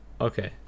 okay